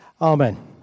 amen